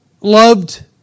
loved